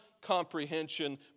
comprehension